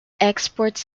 exports